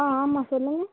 ஆ ஆமாம் சொல்லுங்க